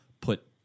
put